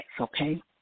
okay